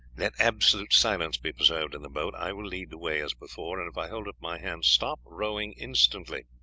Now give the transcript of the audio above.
let absolute silence be preserved in the boat. i will lead the way as before, and if i hold up my hand stop rowing instantly.